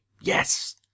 yes